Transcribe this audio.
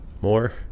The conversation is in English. more